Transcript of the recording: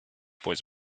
pues